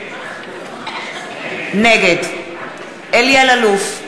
נגד אלי אלאלוף,